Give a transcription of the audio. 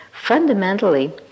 Fundamentally